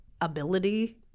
ability